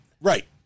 Right